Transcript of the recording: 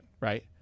right